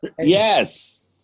Yes